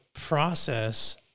process